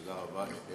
תודה רבה.